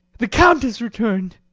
the count has returned.